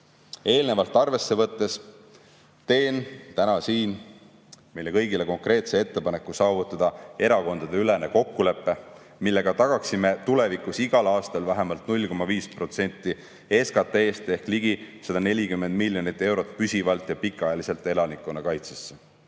arvesse võttes teen täna siin meile kõigile konkreetse ettepaneku saavutada erakondadeülene kokkulepe, millega tagaksime tulevikus igal aastal vähemalt 0,5% SKT‑st ehk ligi 140 miljonit eurot püsivalt ja pikaajaliselt elanikkonnakaitsesse.